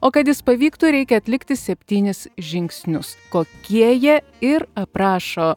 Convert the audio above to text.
o kad jis pavyktų reikia atlikti septynis žingsnius kokie jie ir aprašo